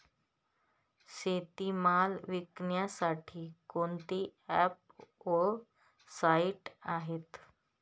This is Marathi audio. शेतीमाल विकण्यासाठी कोणते ॲप व साईट आहेत?